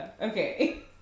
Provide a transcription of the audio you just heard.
Okay